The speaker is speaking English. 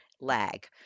lag